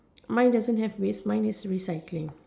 mine doesn't have risk mine is recycling